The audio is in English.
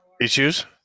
Issues